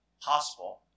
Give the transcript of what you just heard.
possible